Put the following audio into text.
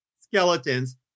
skeletons